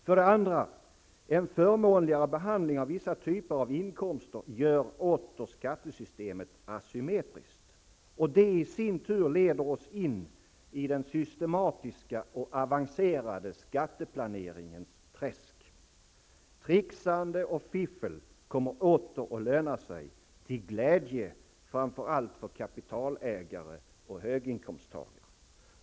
För det andra: En förmånligare behandling av vissa typer av inkomster gör återigen skattesystemet asymmetriskt. Och det i sin tur leder oss in i den systematiska och avancerade skatteplaneringens träsk. Trixande och fiffel kommer åter att löna sig -- till glädje framför allt för kapitalägare och höginkomsttagare.